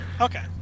Okay